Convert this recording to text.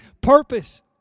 purpose